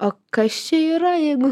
o kas čia yra jeigu